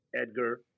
Edgar